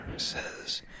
says